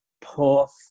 puff